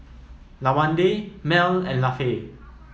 Lawanda Mel and Lafe